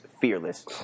fearless